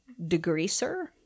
degreaser